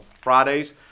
Fridays